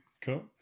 Cool